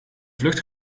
vlucht